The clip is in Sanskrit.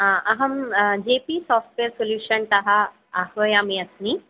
अहं जे पी साफ़्ट्वेर् सोल्यूशन् तः आह्वयामि अस्मि